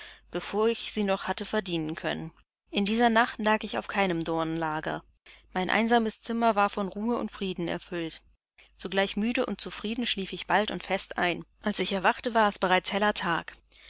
bevor ich sie noch hatte verdienen können in dieser nacht lag ich auf keinem dornenlager mein einsames zimmer war von ruhe und frieden erfüllt zugleich müde und zufrieden schlief ich bald und fest ein als ich erwachte war es bereits heller tag